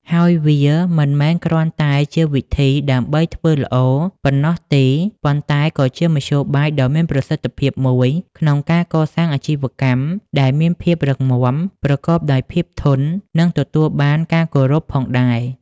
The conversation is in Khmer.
ហើយវាមិនមែនគ្រាន់តែជាវិធីដើម្បី "ធ្វើល្អ" ប៉ុណ្ណោះទេ ប៉ុន្តែក៏ជាមធ្យោបាយដ៏មានប្រសិទ្ធភាពមួយក្នុងការកសាងអាជីវកម្មដែលមានភាពរឹងមាំ ប្រកបដោយភាពធន់ និងទទួលបានការគោរពផងដែរ។